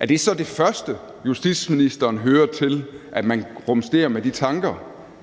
er det så det første, justitsministeren hører om, at man rumsterer med de tanker,